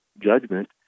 judgment